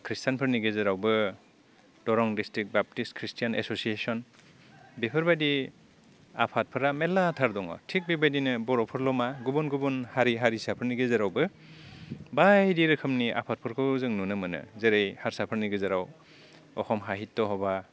ख्रिष्टानफोरनि गेजेरावबो दरं district Baptist Christian association बेफोरबायदि आफादफोरा मेरला थार दङ थिग बेबायदिनो बर'फोरल' मा गुबुन गुबुन हारि हारिसाफोरनि गेजेरावबो बाइ जेरखमनि आफादफोरखौ जों नुनो मोनो जेरै हारसाफोरनि गेजेराव अखम हाहित्य हबा